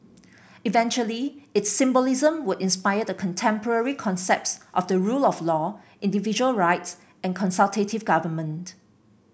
eventually its symbolism would inspire the contemporary concepts of the rule of law individual rights and consultative government